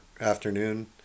afternoon